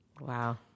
Wow